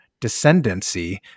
descendancy